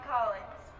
Collins